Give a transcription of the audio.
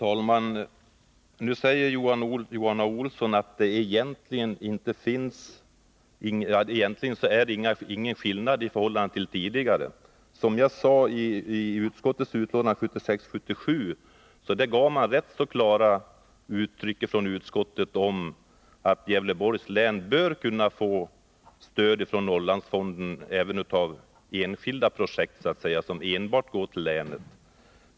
Herr talman! Johan Olsson säger att det egentligen inte är någon skillnad i förhållande till tidigare. Som jag sade uttalade man rätt så klart i ett utskottsbetänkande under riksmötet 1976/77 att Gävleborgs län bör kunna få stöd från Norrlandsfonden även för enskilda projekt, som enbart avser länet.